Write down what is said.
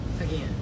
again